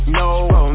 no